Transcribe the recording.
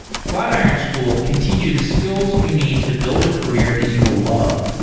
flatiron school can teach you the skills you need to build a career that you will love.